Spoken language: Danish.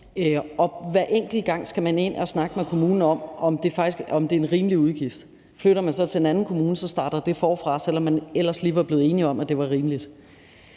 og hver eneste gang skal man ind og snakke med kommunen om, om det er en rimelig udgift. Flytter borgeren så til en anden kommune, starter det forfra, selv om man ellers lige var blevet enig om, at det var rimeligt.